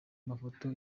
mafoto